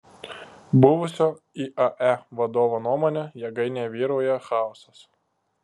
buvusio iae vadovo nuomone jėgainėje vyrauja chaosas